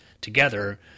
together